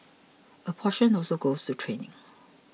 a portion also goes to training